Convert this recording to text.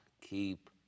keep